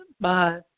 Bye